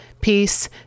Peace